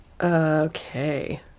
okay